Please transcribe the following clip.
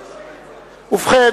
ובכן,